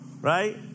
Right